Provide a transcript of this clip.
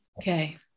okay